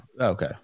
Okay